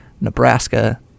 Nebraska